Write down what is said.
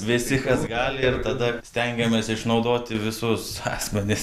visi kas gali ir tada stengiamės išnaudoti visus asmenis